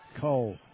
Cole